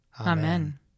Amen